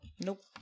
nope